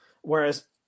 whereas